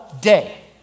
day